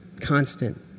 Constant